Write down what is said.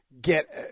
get